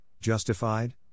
justified